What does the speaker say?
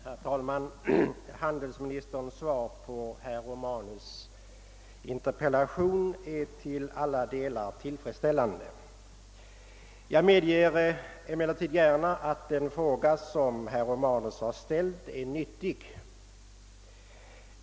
Herr talman! Handelsministerns svar på herr Romanus” interpellation är till alla delar tillfredsställande. Jag medger emellertid gärna att den fråga som herr Romanus har ställt är nyttig.